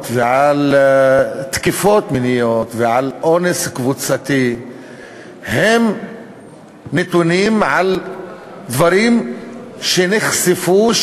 ועל תקיפות מיניות ועל אונס קבוצתי הם נתונים על דברים שנחשפו,